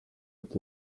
with